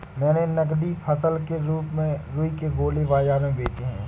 मैंने नगदी फसल के रूप में रुई के गोले बाजार में बेचे हैं